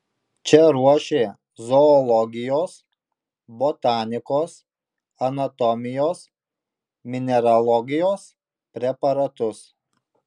čia ruošė zoologijos botanikos anatomijos mineralogijos preparatus